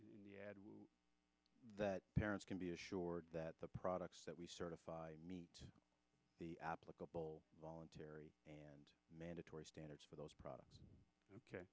the ad that parents can be assured that the products that we certify meet the applicable voluntary mandatory standards for those products ok